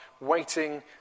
waiting